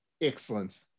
Excellent